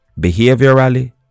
behaviorally